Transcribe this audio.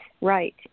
right